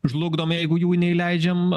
žlugdome jeigu jų neįleidžiam